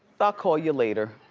ah call ya later.